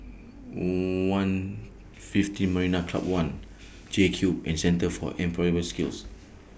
one fifteen Marina Club one J Cube and Centre For Employability Skills